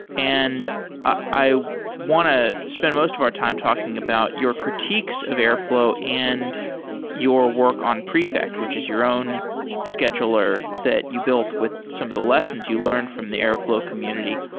and ah i want to spend most of our time talking about your critiques of airflow and your work on prefect which is your own scheduler that you built with some of the lessons you learned from the airflow community.